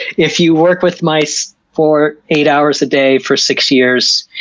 if you work with mice for eight hours a day for six years,